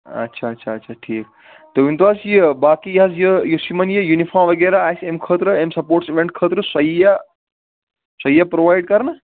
اچھا اچھا اچھا ٹھیٖک تُہۍ ؤنۍ تو حظ یہِ باقٕے یہِ حظ یہِ یۄس یِمن یہِ یونِفام وغیرہ آسہِ امہِ خٲطرٕ امہِ سَپوٹس ایوینٹ خٲطرٕ سۄ ییٖیا سۄ ییٖیا پرووایڑ کَرنہٕ